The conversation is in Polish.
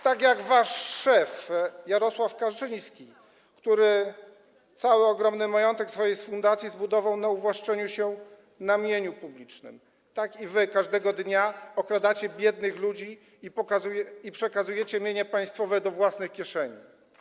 Tak jak wasz szef Jarosław Kaczyński, który cały ogromny majątek swojej fundacji zbudował na uwłaszczeniu się na mieniu publicznym, tak i wy każdego dnia okradacie biednych ludzi i przekazujecie mienie państwowe do własnych kieszeni.